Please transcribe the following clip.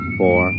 four